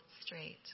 straight